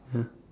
yeah